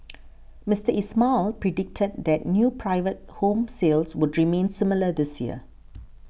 Mister Ismail predicted that new private home sales would remain similar this year